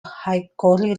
hickory